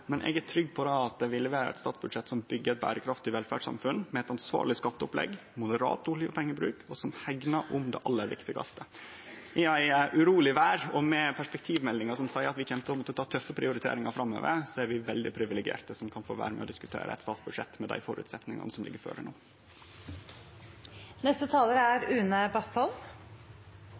men eg er trygg på at det vil vere eit statsbudsjett som byggjer eit berekraftig velferdssamfunn med eit ansvarleg skatteopplegg og ein moderat oljepengebruk, og som hegnar om det aller viktigaste. I ei uroleg verd og med Perspektivmeldinga, som seier at vi kjem til å måtte ta tøffe prioriteringar framover, er vi veldig privilegerte som kan få vere med på å diskutere eit statsbudsjett med dei føresetnadene som no ligg føre.